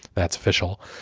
that's official,